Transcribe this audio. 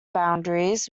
boundaries